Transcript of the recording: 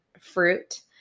fruit